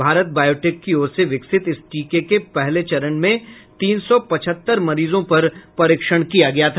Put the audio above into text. Bharat Biotech की ओर से विकसित इस टीके के पहले चरण में तीन सौ पचहत्तर मरीजों पर परीक्षण किया गया था